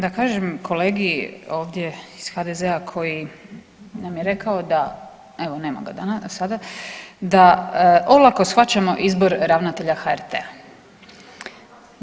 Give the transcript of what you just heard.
Da kažem kolegi ovdje iz HDZ-a koji nam je rekao, evo nema ga sada, da olako shvaćamo izbor ravnatelja HRT-a.